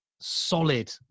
solid